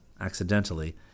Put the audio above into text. accidentally